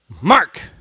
Mark